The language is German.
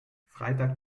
freitag